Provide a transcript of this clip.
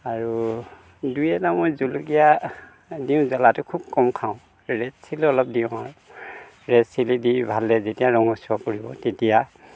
আৰু দুই এটা মই জলকীয়া দিওঁ জ্বলাটো খুব কম খাওঁ ৰে'ড চিল্লি অলপ দিওঁ আৰু ৰে'ড চিল্লি দি ভালদৰে যেতিয়া ৰঙচোৱা পৰিব তেতিয়া